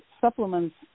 supplements